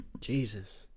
Jesus